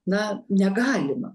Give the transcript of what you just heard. na negalima